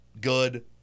good